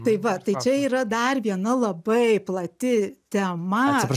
tai va tai čia yra dar viena labai plati tema